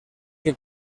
que